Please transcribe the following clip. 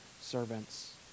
servants